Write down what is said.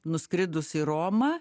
nuskridus į romą